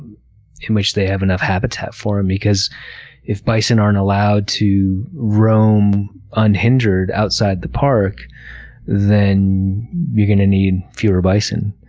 in which they have enough habitat for them, and because if bison aren't allowed to roam unhindered outside the park then you're going to need fewer bison.